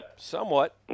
Somewhat